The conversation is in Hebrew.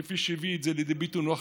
כפי שהביא את זה לידי ביטוי נח קליגר.